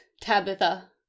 Tabitha